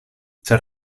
ĉar